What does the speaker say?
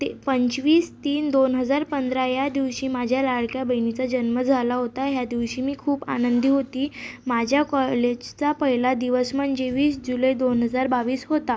ते पंचवीस तीन दोन हजार पंधरा या दिवशी माझ्या लाडक्या बहिणीचा जन्म झाला होता ह्या दिवशी मी खूप आनंदी होती माझ्या कॉलेजचा पहिला दिवस म्हणजे वीस जुलै दोन हजार बावीस होता